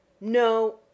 no